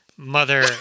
Mother